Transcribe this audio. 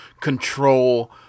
control